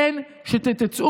תודה, חברת הכנסת.